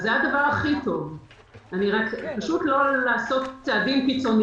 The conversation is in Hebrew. אין כוונה לגבות מיסים